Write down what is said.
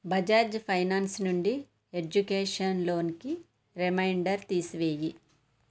Bajaj finance నుండి ఎడ్యుకేషన్ లోన్కి రిమైండర్ తీసివేయి